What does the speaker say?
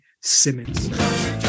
Simmons